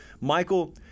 Michael